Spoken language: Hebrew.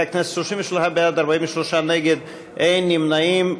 חברי הכנסת, 33 בעד, 43 נגד, אין נמנעים.